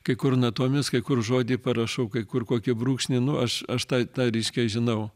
kai kur natomis kai kur žodį parašau kai kur kokį brūkšnį nu aš aš tą tą reiškia žinau